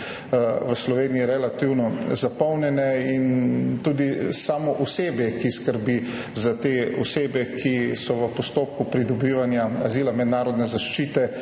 v Sloveniji relativno zapolnjene in tudi samo osebje, ki skrbi za te osebe, ki so v postopku pridobivanja azila, mednarodne zaščite,